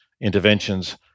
interventions